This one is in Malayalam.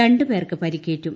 രണ്ടു പേർക്ക് പർിക്കേറ്റു